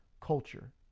culture